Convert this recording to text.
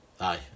aye